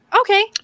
okay